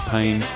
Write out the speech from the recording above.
Pain